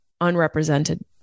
unrepresented